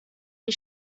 wie